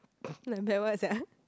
like bad word sia